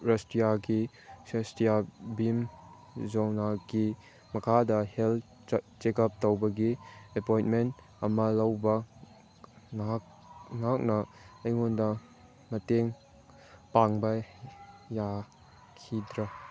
ꯔꯥꯁꯇ꯭ꯔꯤꯌꯥꯒꯤ ꯁ꯭ꯋꯥꯁꯇꯤꯌꯥ ꯚꯤꯝ ꯌꯣꯖꯅꯥꯒꯤ ꯃꯈꯥꯗ ꯍꯦꯜꯠ ꯆꯦꯛ ꯑꯞ ꯇꯧꯕꯒꯤ ꯑꯦꯄꯣꯏꯟꯃꯦꯟ ꯑꯃ ꯂꯧꯕ ꯅꯍꯥꯛ ꯅꯍꯥꯛꯅ ꯑꯩꯉꯣꯟꯗ ꯃꯇꯦꯡ ꯄꯥꯡꯕ ꯌꯥꯈꯤꯗ꯭ꯔꯥ